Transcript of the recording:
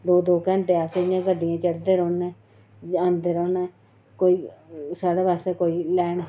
दो दो घैंटे असें इ'यां गड्डियां चढ़दे रौह्न्ने औंदे रौह्न्ने कोई साढ़े वास्तै कोई लैन